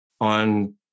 on